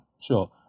sure